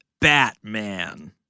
Batman